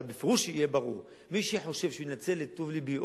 אבל בפירוש שיהיה ברור: מי שחושב שהוא ינצל את טוב לבי,